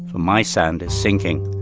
my sand is sinking.